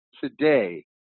today